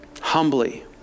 humbly